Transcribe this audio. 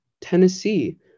Tennessee